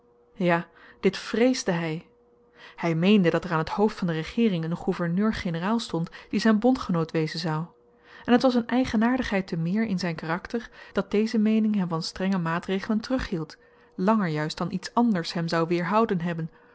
ja dit vreesde hy hy meende dat er aan t hoofd van de regeering een gouverneur-generaal stond die zyn bondgenoot wezen zou en t was een eigenaardigheid te meer in zyn karakter dat deze meening hem van strenge maatregelen terughield langer juist dan iets anders hem zou weerhouden hebben